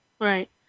Right